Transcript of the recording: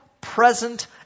present